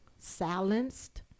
silenced